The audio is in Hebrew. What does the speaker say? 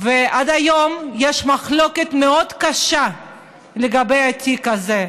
עד היום יש מחלוקת מאוד קשה לגבי התיק הזה.